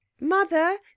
Mother